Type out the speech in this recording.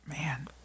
Man